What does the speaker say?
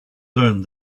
learned